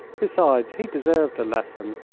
besides, he deserved a lesson,